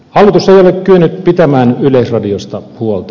hallitus ei ole kyennyt pitämään yleisradiosta huolta